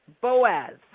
Boaz